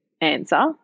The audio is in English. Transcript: answer